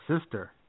sister